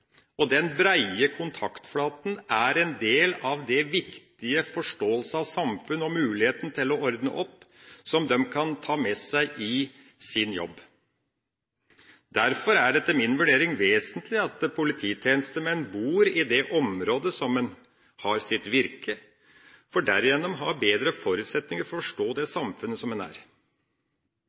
og den breie kontaktflaten er en del av den viktige forståelsen av samfunnet og for muligheten til å ordne opp, som de kan ta med seg i sin jobb. Derfor er det, etter min vurdering, vesentlig at polititjenestemenn bor i det området som de har sitt virke, for derigjennom å ha bedre forutsetninger for å forstå det samfunnet som de er